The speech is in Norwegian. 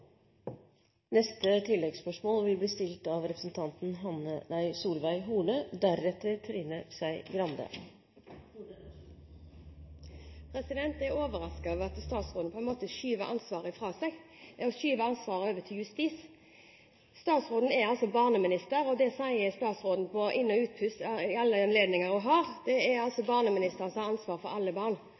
Solveig Horne – til oppfølgingsspørsmål. Jeg er overrasket over at statsråden på en måte skyver ansvaret fra seg og over til justisministeren. Statsråden er altså barneminister, og hun sier på inn- og utpust ved alle anledninger hun har, at barneministeren har ansvar for alle barn.